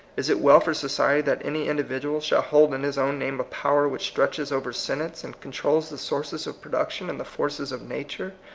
is it well for society that any individual shall hold in his own name a power which stretches over senates, and controls the sources of production and the forces of nature,